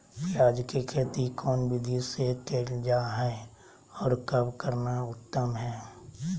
प्याज के खेती कौन विधि से कैल जा है, और कब करना उत्तम है?